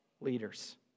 leaders